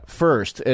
first